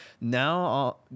now